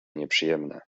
nieprzyjemne